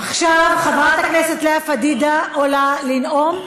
עכשיו חברת הכנסת לאה פדידה עולה לנאום,